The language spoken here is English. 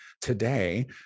today